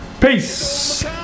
Peace